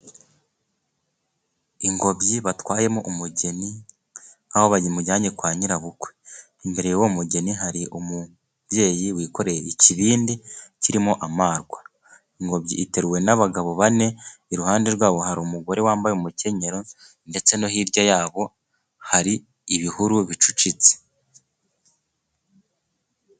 Ingobyi batwayemo umugeni nk'aho bamujyanye kwa nyirabukwe, imbere y'uwo mugeni, hari umubyeyi wikoreye ikibindi kirimo amarwa. Ingobyi iteruwe n'abagabo bane, iruhande rwabo hari umugore wambaye umukenyero, ndetse no hirya yabo hari ibihuru bicucitse.